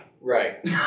Right